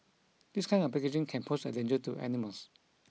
this kind of packaging can pose a danger to animals